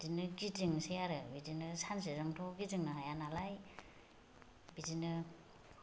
बिदिनो गिदिंनोसै आरो बिदिनो सानसेजोंथ' गिदिंनो हाया नालाय बिदिनो